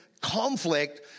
conflict